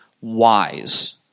wise